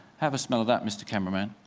have a smell of that, mister cameraman.